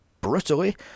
brutally